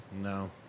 No